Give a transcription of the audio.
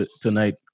tonight